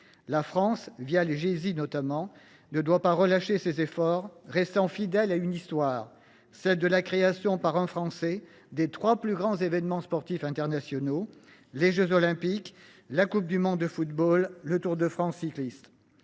internationaux (Gési), notamment, ne saurait relâcher ses efforts ; elle doit rester fidèle à une histoire, celle de la création par un Français des trois plus grands événements sportifs internationaux : les jeux Olympiques, la Coupe du monde de football, le Tour de France cycliste.